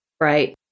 Right